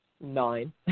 nine